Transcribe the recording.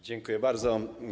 Dziękuję bardzo.